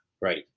right